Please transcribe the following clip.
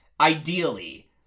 ideally